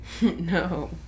No